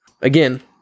Again